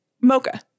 Mocha